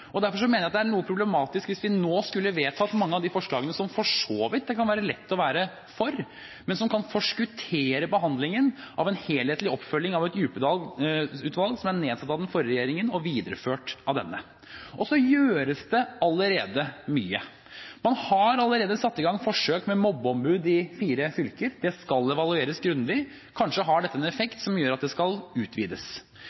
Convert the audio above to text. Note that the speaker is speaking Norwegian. skulle vedta mange av disse forslagene, som det for så vidt kan være lett å være for, men som kan forskuttere behandlingen av en helhetlig oppfølging av Djupedal-utvalget, som er nedsatt av den forrige regjeringen og videreført av denne. Og så gjøres det allerede mye. Man har allerede satt i gang forsøk med mobbeombud i fire fylker. Det skal evalueres grundig. Kanskje har dette en